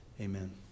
Amen